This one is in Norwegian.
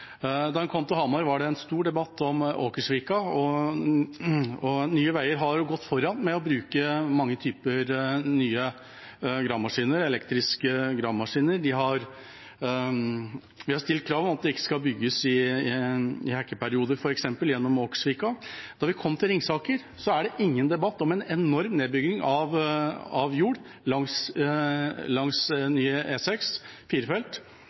Da en kom til Hamar, var det en stor debatt om Åkersvika. Nye Veier har jo gått foran ved å bruke nye, elektriske gravemaskiner. Vi har stilt krav om at det ikke skal bygges i hekkeperioder, f.eks., i Åkersvika. Da en kom til Ringsaker, var det ingen debatt om en enorm nedbygging av jord langs